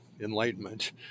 enlightenment